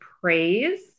praise